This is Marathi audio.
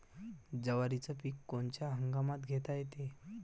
जवारीचं पीक कोनच्या हंगामात घेता येते?